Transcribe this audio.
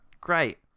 Great